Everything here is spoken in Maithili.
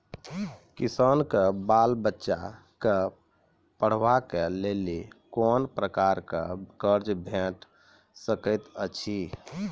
किसानक बाल बच्चाक पढ़वाक लेल कून प्रकारक कर्ज भेट सकैत अछि?